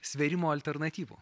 svėrimo alternatyvų